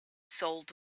sold